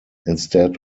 instead